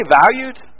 valued